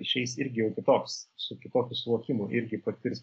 išeis irgi jau kitoks su kitokiu suvokimu irgi patirs